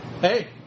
Hey